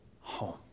home